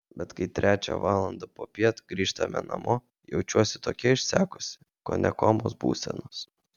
bet kai trečią valandą popiet grįžtame namo jaučiuosi tokia išsekusi kone komos būsenos